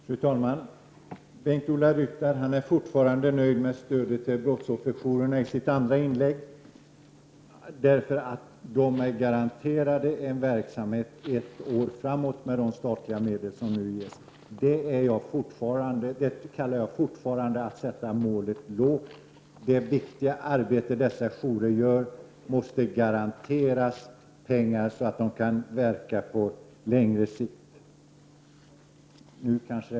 Fru talman! Bengt-Ola Ryttar var även i sitt andra inlägg nöjd med stödet till brottsofferjourerna, därför att de är garanterade en verksamhet ett år framåt med de statliga medel som nu ges. Det kallar jag fortfarande att sätta målet lågt. Det viktiga arbete som dessa jourer gör måste garanteras pengar så att de kan verka på längre sikt.